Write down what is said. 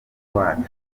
wacu